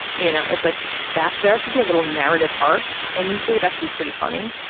you know it's like that there should be a little narrative arc and usually it has to be pretty funny.